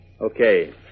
Okay